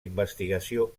investigació